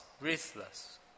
ruthless